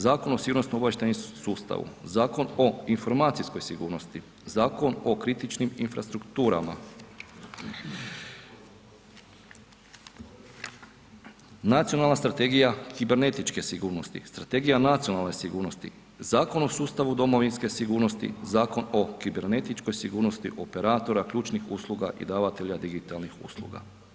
Zakon o sigurnosno obavještajnom sustavu, Zakon o informacijskoj sigurnosti, Zakon o kritičnim infrastrukturama, nacionalna strategija kibernetičke sigurnosti, strategija nacionalne sigurnosti, Zakon o sustavu domovinske sigurnosti, Zakon o kibernetičkoj sigurnosti operatora ključnih usluga i davatelja digitalnih usluga.